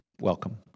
Welcome